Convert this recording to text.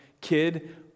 kid